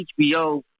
HBO